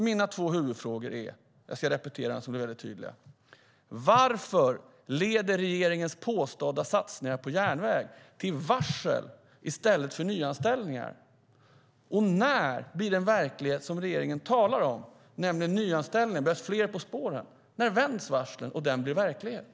Mina huvudfrågor är därför fortfarande; jag repeterar dem så att de blir tydliga: Varför leder regeringens påstådda satsningar på järnväg till varsel i stället för till nyanställningar? När blir det som regeringen talar om verklighet, nämligen nyanställningar eftersom det behövs fler på spåren? När vänds varslen och det blir verklighet?